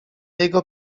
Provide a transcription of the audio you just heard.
jego